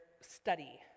study